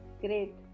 great